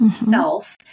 self